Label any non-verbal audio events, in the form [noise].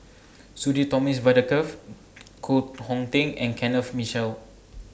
[noise] Sudhir Thomas Vadaketh [noise] Koh Hong Teng and Kenneth Mitchell